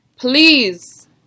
please